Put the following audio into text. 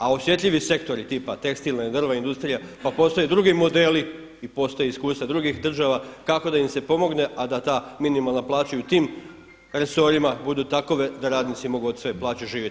A osjetljivi sektori tipa tekstilna i drvna industrija, pa postoje drugi modeli i postoje iskustva drugih država kako da im se pomogne, a da ta minimalna plaća i u tim resorima budu takove da radnici mogu od svoje plaće živjeti.